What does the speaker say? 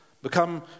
become